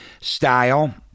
style